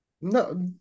No